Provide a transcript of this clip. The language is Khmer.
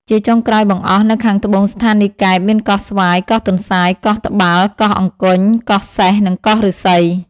ជាចុងក្រោយបង្អស់ នៅខាងត្បូងស្ថានីយកែប មានកោះស្វាយ កោះទន្សាយ កោះត្បាល់ កោះអង្គញ់ កោះសេះ និងកោះឫស្សី ។